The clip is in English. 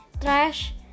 trash